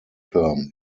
term